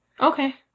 Okay